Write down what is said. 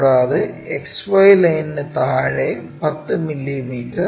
കൂടാതെ XY ലൈനിന് താഴെ 10 മില്ലീമീറ്റർ